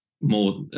more